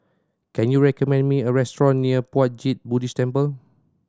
can you recommend me a restaurant near Puat Jit Buddhist Temple